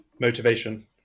motivation